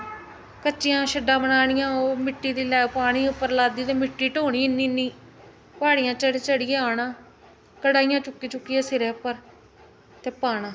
कच्चियां शड्डां बनानियां ओह् मिट्टी दी लैब पानी उप्पर मिट्टी ढोनी इ'न्नी इ'न्नी प्हाड़ियां चढ़ी चढ़ियै आना कढ़ाइयां चुक्की चुक्कियै सिरै उप्पर ते पाना